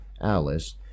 ALICE